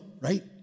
right